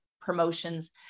promotions